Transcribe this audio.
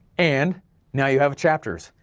and now you have chapters,